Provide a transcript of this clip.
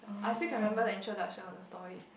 I still can remember the introduction of the story